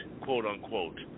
quote-unquote